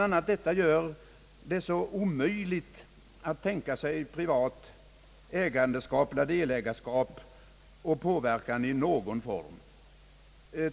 a. detta gör det omöjligt att tänka sig privat delägarskap och påverkan i någon form.